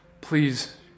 Please